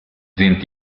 sind